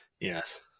Yes